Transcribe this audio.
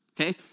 okay